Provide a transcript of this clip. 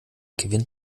gewinnt